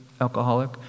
alcoholic